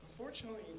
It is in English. Unfortunately